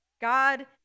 God